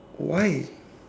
why